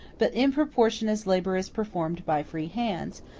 but in proportion as labor is performed by free hands,